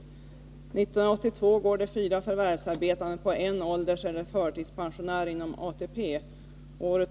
1982 går det fyra förvärvsarbetande på en ålderseller förtidspensionär inom ATP.